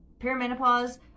perimenopause